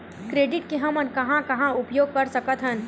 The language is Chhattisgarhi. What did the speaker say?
क्रेडिट के हमन कहां कहा उपयोग कर सकत हन?